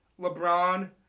LeBron